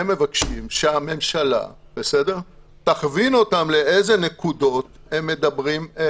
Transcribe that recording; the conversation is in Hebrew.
הם מבקשים שהממשלה תכווין אותם לאיזה נקודות הם מדברים על